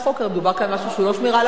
הרי מדובר כאן על משהו שהוא לא שמירה על החוק.